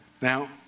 Now